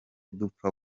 dupfa